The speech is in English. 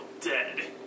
dead